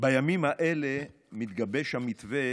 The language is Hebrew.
בימים האלה מתגבש המתווה